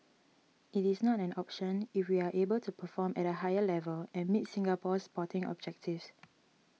it is not an option if we are able to perform at a higher level and meet Singapore's sporting objectives